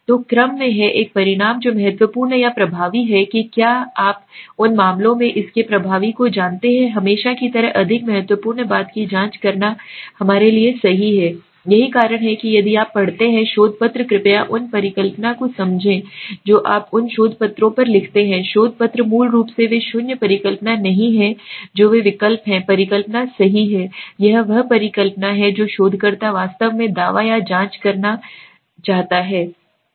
तो क्रम में है एक परिणाम जो महत्वपूर्ण या प्रभावी है कि क्या आप उन मामलों में इसके प्रभावी को जानते हैं हमेशा की तरह अधिक महत्वपूर्ण बात की जाँच करना हमारे लिए सही है यही कारण है कि यदि आप पढ़ते हैं शोध पत्र कृपया उन परिकल्पना को समझें जो आप उन शोध पत्रों पर लिखते हैं शोध पत्र मूल रूप से वे शून्य परिकल्पना नहीं हैं जो वे विकल्प हैं परिकल्पना सही है यह वह परिकल्पना है जो शोधकर्ता वास्तव में दावा या जाँच करना चाहता है ठीक है